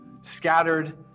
scattered